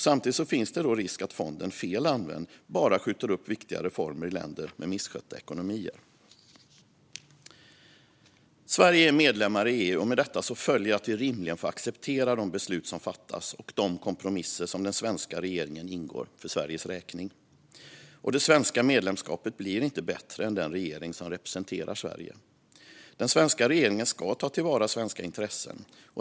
Samtidigt finns det risk att fonden, fel använd, bara skjuter upp viktiga reformer i länder med missskötta ekonomier. Sverige är medlem i EU. Med detta följer att vi rimligen får acceptera de beslut som fattas och de kompromisser den svenska regeringen ingår för Sveriges räkning. Och det svenska medlemskapet blir inte bättre än den regering som representerar Sverige. Den svenska regeringen ska ta till vara svenska intressen.